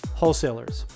wholesalers